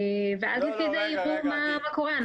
ואז לפי זה יראו מה קורה.